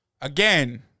Again